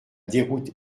déroute